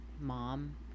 mom